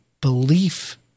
belief